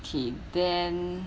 okay then